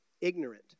ignorant